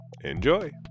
Enjoy